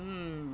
mm